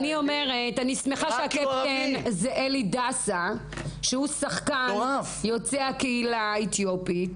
אני שמחה שהקפטן הוא אלי דסה שהוא יוצא הקהילה האתיופית